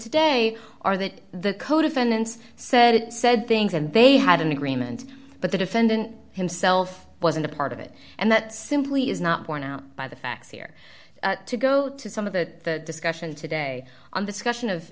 today are that the co defendants said it said things and they had an agreement but the defendant himself wasn't a part of it and that simply is not borne out by the facts here to go to some of the discussion today on this question of